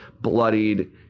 bloodied